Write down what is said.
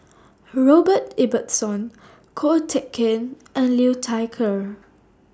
Robert Ibbetson Ko Teck Kin and Liu Thai Ker